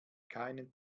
keinen